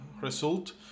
result